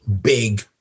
big